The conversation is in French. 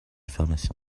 pharmacien